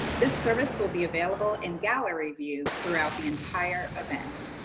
this service will be available in gallery view throughout the entire event.